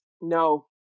No